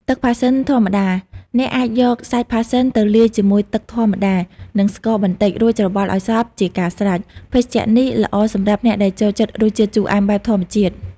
ទឹកផាសសិនធម្មតា អ្នកអាចយកសាច់ផាសសិនទៅលាយជាមួយទឹកធម្មតា និងស្ករបន្តិច រួចច្របល់ឲ្យសព្វជាការស្រេច។ ភេសជ្ជៈនេះល្អសម្រាប់អ្នកដែលចូលចិត្តរសជាតិជូរអែមបែបធម្មជាតិ។